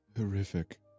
horrific